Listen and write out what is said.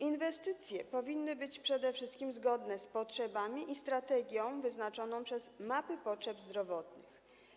Inwestycje powinny być przede wszystkim zgodne z potrzebami i strategią wyznaczoną przez mapy potrzeb zdrowotnych.